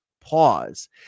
pause